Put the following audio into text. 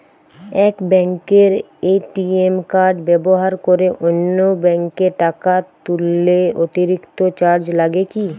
এক ব্যাঙ্কের ATM card ব্যবহার করে অন্য ব্যঙ্কে টাকা তুললে অতিরিক্ত চার্জ লাগে কি?